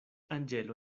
anĝelo